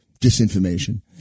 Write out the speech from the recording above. disinformation